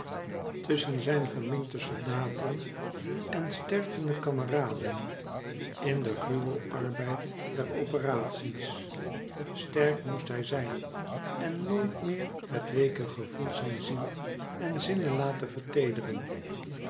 tusschen zijn verminkte soldaten en stervende kameraden in de gruwelarbeid der operaties sterk moest hij zijn en nooit meer het weeke gevoel zijn ziel en zinnen laten